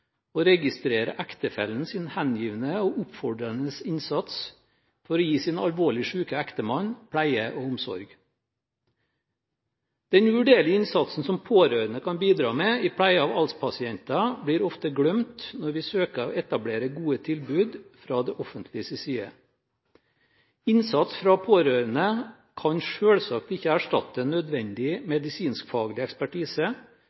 å registrere ektefellens hengivende og oppofrende innsats for å gi sin alvorlig syke ektemann pleie og omsorg. Den uvurderlige innsatsen som pårørende kan bidra med i pleien av ALS-pasienter, blir ofte glemt når vi søker å etablere gode tilbud fra det offentliges side. Innsats fra pårørende kan selvsagt ikke erstatte nødvendig medisinskfaglig ekspertise,